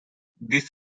this